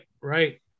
right